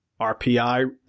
RPI